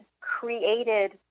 created